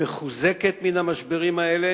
מחוזקת, מן המשברים האלה